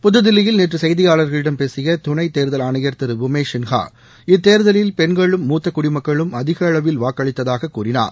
புதுதில்லியில் நேற்று செய்தியார்களிடம் பேசிய துணைத் தேர்தல் ஆணையர் திரு உமேஷ் சின்ஹாஇத்தேர்தலில் பெண்களும் மூத்த குடிமக்களும் அதிக அளவில் வாக்களித்ததாக கூறினார்